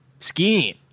skiing